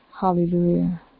Hallelujah